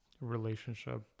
relationship